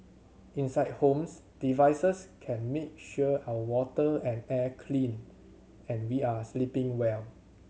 inside homes devices can make sure our water and air clean and we are sleeping well